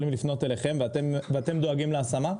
בעצם יכולות לפנות אליכם ואתם דואגים להשמה?